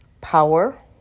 power